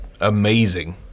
amazing